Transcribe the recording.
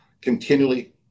continually